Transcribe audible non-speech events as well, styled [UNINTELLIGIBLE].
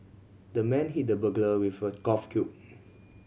the man hit the burglar with a golf [UNINTELLIGIBLE]